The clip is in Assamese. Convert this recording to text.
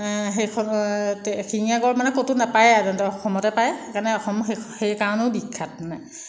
সেইখনো এশিঙীয়া গঁড় মানে ক'তো নাপায়েই সাধাৰণতে অসমতে পায় সেইকাৰণে অসম সেইকাৰণেও বিখ্যাত মানে